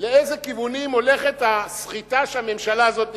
לאיזה כיוונים הולכת הסחיטה שהממשלה הזאת נסחטת.